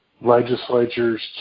legislatures